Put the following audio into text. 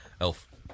elf